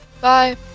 Bye